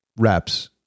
reps